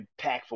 impactful